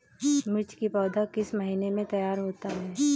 मिर्च की पौधा किस महीने में तैयार होता है?